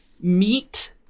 meet